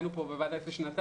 היינו פה בוועדה לפני שנתיים,